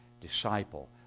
disciple